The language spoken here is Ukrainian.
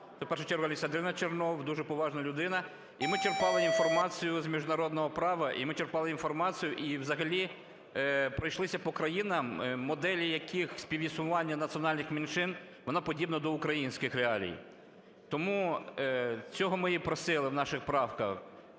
Це в першу чергу Александріна Чернова – дуже поважна людина. І ми черпали інформацію з міжнародного права, і ми черпали інформацію і взагалі пройшлися по країнам, моделі яких співіснування національних меншин, воно подібно до українських реалій. Тому цього ми і просили в наших правках.